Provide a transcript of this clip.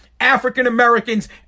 African-Americans